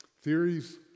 theories